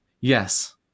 Yes